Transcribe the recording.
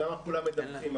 שכולם מדווחים,